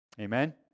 Amen